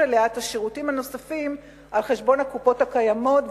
אליה את השירותים הנוספים על-חשבון הקופות הקיימות,